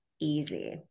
easy